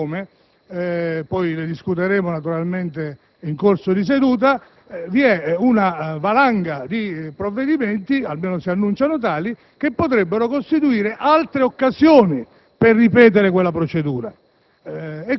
non si sa come (ne discuteremo naturalmente in corso di seduta), vi è una valanga di provvedimenti - almeno si annunciano tali - che potrebbe costituire ulteriore occasione per ripetere quella procedura.